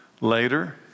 Later